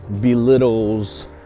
belittles